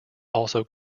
also